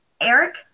Eric